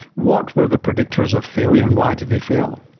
what were the predictors of failure and why did they fail?